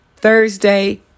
Thursday